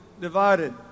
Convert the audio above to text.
divided